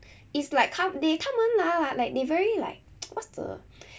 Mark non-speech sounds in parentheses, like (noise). it's like they 他们拿啦 like they very like (noise) what's the